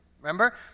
Remember